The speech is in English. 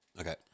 Okay